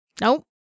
Nope